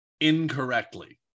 incorrectly